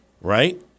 right